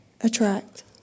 Attract